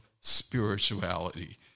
spirituality